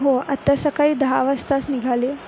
हो आत्ता सकाळी दहा वाजताच निघाले